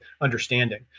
understanding